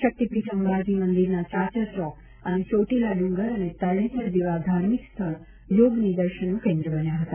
શક્તિપીઠ અંબાજી મંદિરના ચાચર ચોક અને ચોટીલા ડુંગર અને તરણેતર જેવા ધાર્મિક સ્થળ યોગ નિદર્શનનું કેન્દ્ર બન્યા હતા